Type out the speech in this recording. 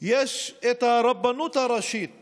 יש רבנות ראשית